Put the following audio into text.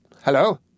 Hello